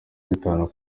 bitanu